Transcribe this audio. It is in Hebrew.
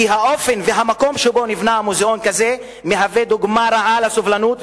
כי האופן והמקום שבו נבנה מוזיאון כזה הם דוגמה רעה לסובלנות,